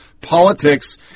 politics